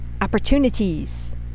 opportunities